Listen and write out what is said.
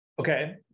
Okay